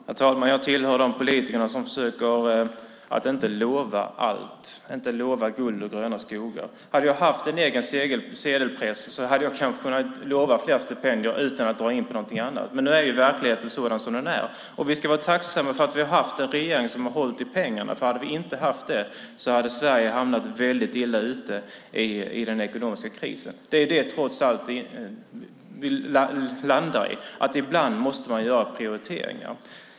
Herr talman! Jag tillhör de politiker som försöker att inte lova allt, att inte lova guld och gröna skogar. Hade jag haft en egen sedelpress hade jag kanske kunnat lova fler stipendier utan att dra in på något annat, men nu är verkligheten som den är. Vi ska vara tacksamma att vi har haft en regering som har hållit i pengarna, för hade vi inte haft det hade Sverige varit mycket illa ute i den ekonomiska krisen. Det är trots allt det vi landar i, att man ibland måste göra prioriteringar.